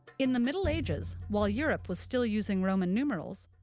in the middle ages, while europe was still using roman numerals,